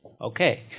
Okay